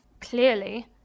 Clearly